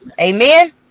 Amen